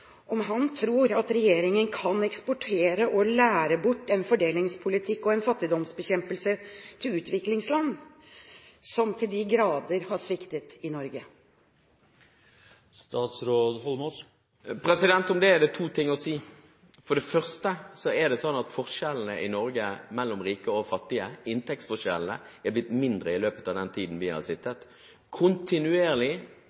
om han tror at regjeringen kan eksportere og lære bort fordelingspolitikk og fattigdomsbekjempelse til utviklingsland når den til de grader har sviktet i Norge. Om det er det to ting å si. Det er slik at inntektsforskjellene mellom rike og fattige i Norge er blitt mindre i løpet av den tiden vi har